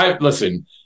listen